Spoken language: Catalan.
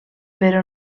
però